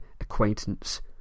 acquaintance